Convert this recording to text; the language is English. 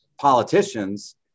politicians